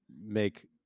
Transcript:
make